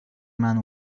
man